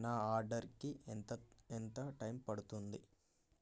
నా ఆర్డరుకి ఎంత ఎంత టైం పడుతుంది